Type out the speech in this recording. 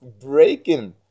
breaking